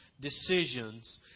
decisions